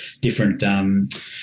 different